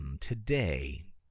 Today